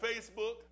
Facebook